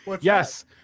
Yes